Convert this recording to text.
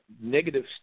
negative